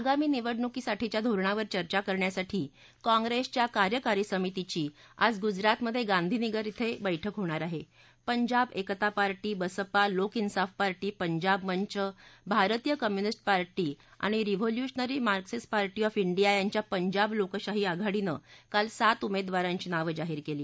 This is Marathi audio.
अगामी निवडणुकीसाठीच्या धोरणावर चर्चा करण्यासाठी काँग्रस्तिया कार्यकारी समितीची आज गुतरातमध्य शिधीनगर िके बळूक होणार आहा Punjab Ekta party BSP Lok Insaaf party Punjab Manch Bharatiya communist party आणि revolutionary Marxist party of India यांच्या पंजाब लोकशाही आघाडीनं काल सात उमेद्वारांच्या नावं जाहीर कली